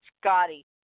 Scotty